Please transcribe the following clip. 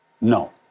No